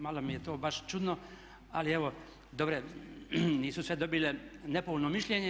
Malo mi je to baš čudno, ali evo dobro je, nisu sve dobile nepovoljno mišljenje.